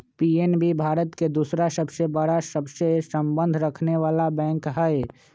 PNB Bharat के दूसरा सबसे बड़ा सबसे संबंध रखनेवाला बैंक हई